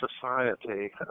society